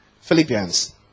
Philippians